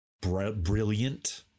brilliant